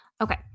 Okay